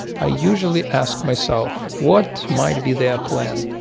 i usually ask myself, what might be their plan?